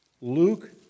Luke